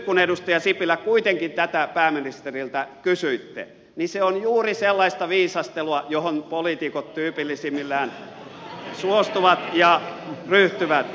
nyt edustaja sipilä kun kuitenkin tätä pääministeriltä kysyitte niin se on juuri sellaista viisastelua johon poliitikot tyypillisimmillään suostuvat ja ryhtyvät